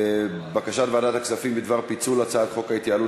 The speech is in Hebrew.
בקשת ועדת הכספים בדבר פיצול הצעת חוק ההתייעלות